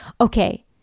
Okay